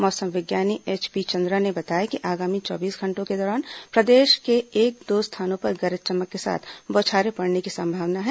मौसम विज्ञानी एचपी चंद्रा ने बताया कि आगामी चौबीस घंटों के दौरान प्रदेश के एक दो स्थानों पर गरज चमक के साथ बौछारें पड़ने की संभावना है